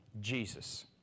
Jesus